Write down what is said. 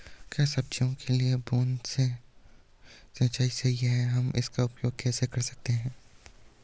क्या सब्जियों के लिए बूँद से सिंचाई सही है हम इसका उपयोग कैसे कर सकते हैं?